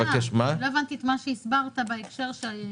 לא הבנתי את מה שהסברת בהקשר של הוצאות מלכתחילה.